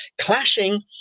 clashing